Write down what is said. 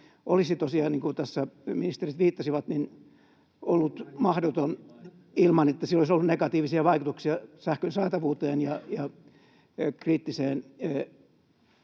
Nimi mainittu!] ollut mahdoton ilman, että sillä olisi ollut negatiivisia vaikutuksia sähkön saatavuuteen ja kriittiseen